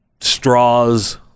straws